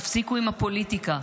תפסיקו עם הפוליטיקה.